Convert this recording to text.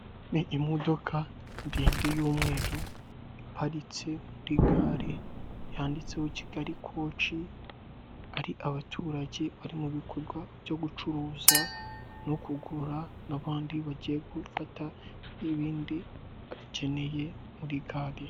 Abantu batandukanye bafite amadapo y'ibara ry'umweru ubururu n'umutuku yanditseho Efuperi bakikije umukuru w'igihugu perezida Poul Kagame wambaye ingofero y'umukara umupira w'umweru, uriho ikirangantego cya efuperi wazamuye akaboko.